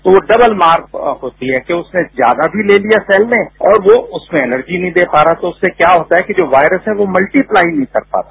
तो डबल मार होती है कि उसने ज्यादा भी ले लिया सेल ने और वो उसमें एनर्जी नहीं दे पा रहा तो उससे क्या होता है कि जो वायरस है वो उसमें मल्टीप्लाई नहीं कर पाता